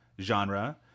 genre